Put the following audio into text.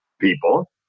people